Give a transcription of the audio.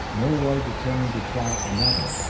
milroy determined to try another,